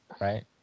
Right